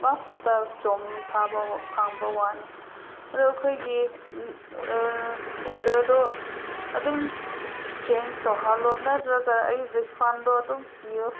last ꯆꯧꯃꯤꯟ ꯐꯪꯕ ꯋꯥꯅꯤ ꯑꯗꯨ ꯑꯩꯈꯣꯏꯒꯤ ꯑꯣꯔꯗꯔꯗꯣ ꯑꯗꯨꯝ ꯆꯦꯟꯖ ꯇꯧꯍꯜꯂꯣ ꯅꯠꯇ꯭ꯔꯒ ꯑꯩ ꯔꯤꯐꯟꯗꯣ ꯑꯗꯨꯝ ꯄꯤꯌꯣ